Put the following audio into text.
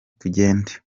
tugende